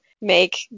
make